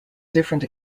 different